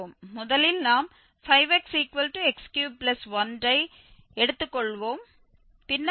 முதலில் நாம் 5xx31 ஐ எடுத்துக் கொண்டுள்ளோம் பின்னர் xx315